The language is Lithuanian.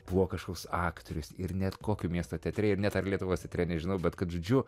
buvo kažkoks aktorius ir net kokio miesto teatre ir net ar lietuvos teatre nežinau bet kad žodžiu